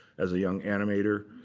as a young animator.